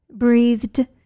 breathed